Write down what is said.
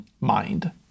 mind